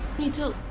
need to